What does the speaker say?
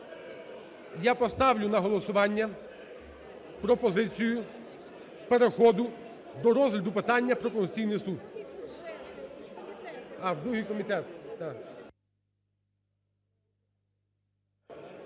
Я поставлю на голосування пропозицію переходу до розгляду питання про Конституційний Суд.